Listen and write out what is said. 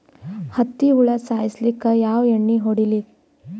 ಹತ್ತಿ ಹುಳ ಸಾಯ್ಸಲ್ಲಿಕ್ಕಿ ಯಾ ಎಣ್ಣಿ ಹೊಡಿಲಿರಿ?